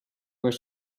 where